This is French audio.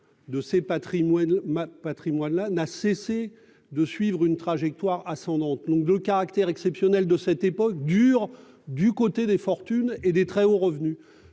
ma patrimoine là n'a cessé de suivre une trajectoire ascendante donc le caractère exceptionnel de cette époque dur du côté des fortunes et des très hauts revenus,